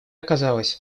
казалось